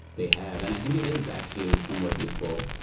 they have and i think it is actually somewhat useful,